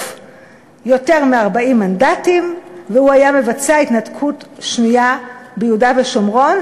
יותר מ-40 מנדטים והוא היה מבצע התנתקות שנייה ביהודה ושומרון,